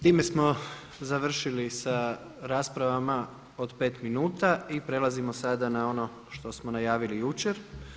Time smo završili sa raspravama od pet minuta i prelazimo sada na ono što smo najavili jučer.